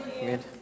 Good